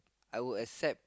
I would accept